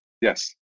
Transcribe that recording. Yes